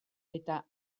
eta